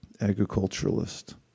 agriculturalist